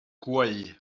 gweu